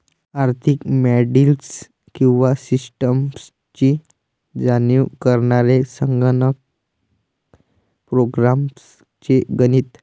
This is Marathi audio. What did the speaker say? आर्थिक मॉडेल्स किंवा सिस्टम्सची जाणीव करणारे संगणक प्रोग्राम्स चे गणित